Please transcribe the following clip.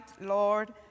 Lord